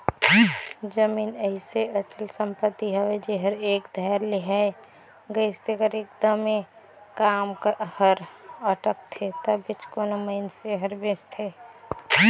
जमीन अइसे अचल संपत्ति हवे जेहर एक धाएर लेहाए गइस तेकर एकदमे काम हर अटकथे तबेच कोनो मइनसे हर बेंचथे